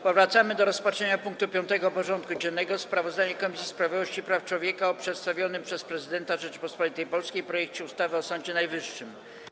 Powracamy do rozpatrzenia punktu 5. porządku dziennego: Sprawozdanie Komisji Sprawiedliwości i Praw Człowieka o przedstawionym przez Prezydenta Rzeczypospolitej Polskiej projekcie ustawy o Sądzie Najwyższym.